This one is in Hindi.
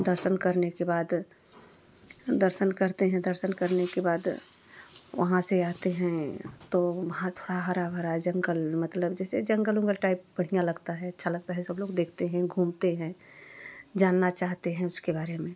दर्शन करने के बाद दर्शन करते हैं दर्शन करने के बाद वहाँ से आते हैं तो वहाँ थोड़ा हरा भरा जंगल मतलब जैसे जंगल ओंगल टाइप बढ़िया लगता है अच्छा लगता है सब लोग देखते हैं घूमते हैं जानना चाहते हैं उसके बारे में